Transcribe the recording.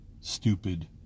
stupid